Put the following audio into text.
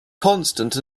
constant